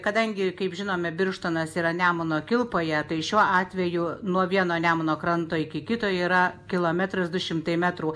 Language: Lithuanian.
kadangi kaip žinome birštonas yra nemuno kilpoje tai šiuo atveju nuo vieno nemuno kranto iki kito yra kilometras du šimtai metrų